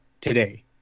today